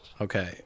Okay